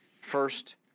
first